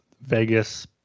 Vegas